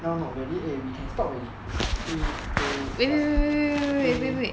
now not really eh we can stop already three two one three